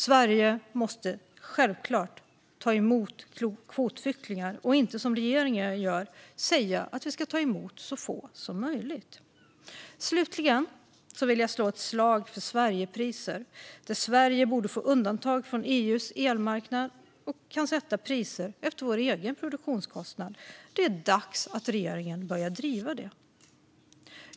Sverige måste självklart ta emot kvotflyktingar och inte, som regeringen gör, säga att vi ska ta emot så få som möjligt. Slutligen vill jag slå ett slag för Sverigepriser, där Sverige borde få undantag från EU:s elmarknad så att vi kan sätta priser efter vår egen produktionskostnad. Det är dags att regeringen börjar driva detta.